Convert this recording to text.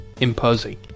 imposing